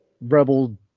Rebel